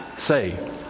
say